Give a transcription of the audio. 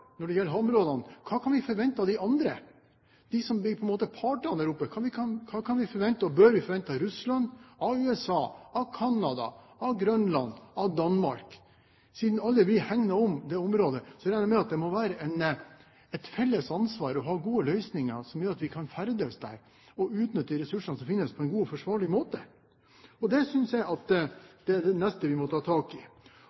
Når det gjelder havområdene, må vi avklare: Hva kan vi forvente av de andre, de som på en måte blir partene der oppe? Hva kan og bør vi forvente av Russland, av USA, av Canada, av Grønland, av Danmark? Siden vi alle hegner om det området, regner jeg med at det må være et felles ansvar å ha gode løsninger som gjør at vi kan ferdes der og utnytte de ressursene som finnes, på en god og forsvarlig måte. Det synes jeg